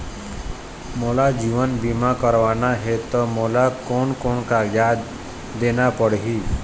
मोला जीवन बीमा करवाना हे ता मोला कोन कोन कागजात देना पड़ही?